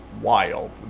wild